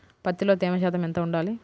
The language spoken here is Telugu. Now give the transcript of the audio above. పత్తిలో తేమ శాతం ఎంత ఉండాలి?